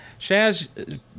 Shaz